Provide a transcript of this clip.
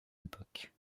époque